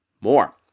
more